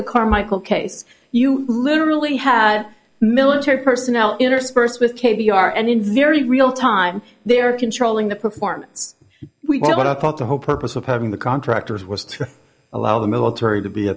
the carmichael case you literally have military personnel interspersed with k b r and in very real time they are controlling the performance we are what i thought the whole purpose of having the contractors was to allow the military to be